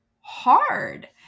hard